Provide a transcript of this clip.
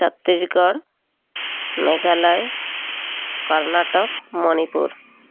Chhattisgarh Meghalaya Karnataka Manipur